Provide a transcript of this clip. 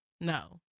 no